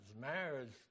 Marriage